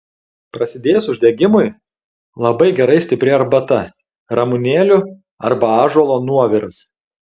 prasidėjus uždegimui labai gerai stipri arbata ramunėlių arba ąžuolo nuoviras